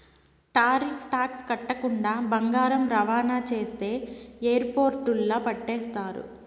tariff tax కట్టకుండా బంగారం రవాణా చేస్తే ఎయిర్పోర్టుల్ల పట్టేస్తారు